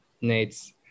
Nate's